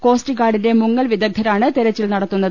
cost ഗാർഡിന്റെ മുങ്ങൽ വിദഗ്ധരാണ് തെരച്ചിൽ നടത്തുന്നത്